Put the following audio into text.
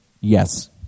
yes